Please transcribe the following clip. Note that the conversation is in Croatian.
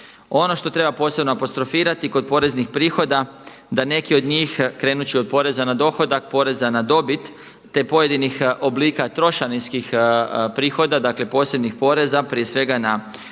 On što treba posebno apostrofirati kod poreznih prihoda da neki od njih, krenuti ću od poreza na dohodak, poreza na dobit, te pojedinih oblika trošarinskih prihoda, dakle posebnih poreza, prije svega na